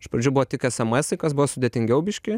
iš pradžių buvo tik esemesai kas buvo sudėtingiau biškį